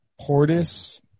Portis